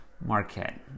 Marquette